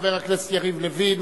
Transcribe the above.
חבר הכנסת יריב לוין,